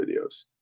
videos